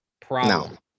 problem